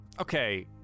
Okay